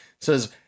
says